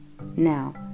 Now